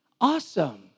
Awesome